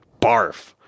barf